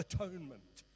Atonement